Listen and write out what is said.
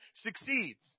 succeeds